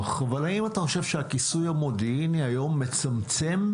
אבל האם אתה חושב שהכיסוי המודיעיני מצמצם היום